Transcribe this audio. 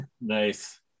Nice